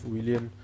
William